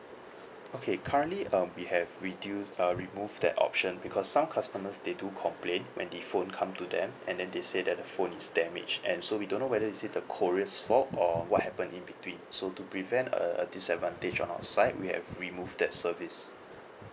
okay currently um we have redu~ uh remove that option because some customers they do complain when the phone come to them and then they said that the phone is damaged and so we don't know whether is it the courier's fault or what happen in between so to prevent a a disadvantage on our side we have remove that service